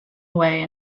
away